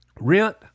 rent